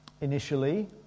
Initially